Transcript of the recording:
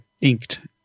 inked